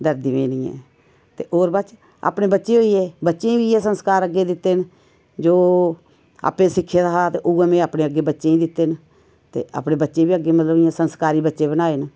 डरदी में नेईं ऐं ते होर बस अपने बच्चे होई गे बच्चें गी बी इ'यै संस्कार अग्गैं दित्ते न जो आपें सिक्खे दा हा ते उयै अग्गैं में अपने बच्चें गी दित्ते न ते अपने बच्चें गी बी अग्गें मतलब इयां संस्कारी बच्चे बनाए न